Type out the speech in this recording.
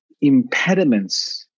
impediments